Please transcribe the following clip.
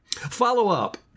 Follow-up